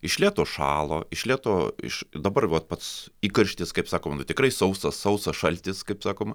iš lėto šalo iš lėto iš dabar vat pats įkarštis kaip sakoma na tikrai sausas sausas šaltis kaip sakoma